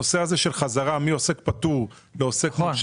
הנושא של חזרה מעוסק פטור לעוסק מורשה